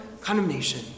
condemnation